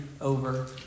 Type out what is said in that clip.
over